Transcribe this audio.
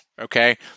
Okay